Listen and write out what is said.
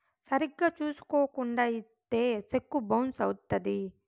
సరిగ్గా చూసుకోకుండా ఇత్తే సెక్కు బౌన్స్ అవుత్తది